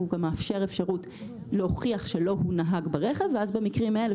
והוא גם מאפשר אפשרות להוכיח שלא הוא נהג ברכב ואז במקרים האלה,